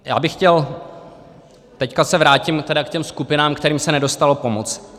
Já bych chtěl teď se vrátím k těm skupinám, kterým se nedostalo pomoci.